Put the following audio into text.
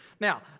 Now